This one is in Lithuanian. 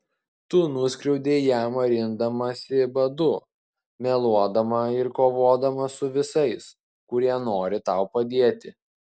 tu nuskriaudei ją marindamasi badu meluodama ir kovodama su visais kurie nori tau padėti